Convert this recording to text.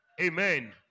Amen